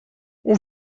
اون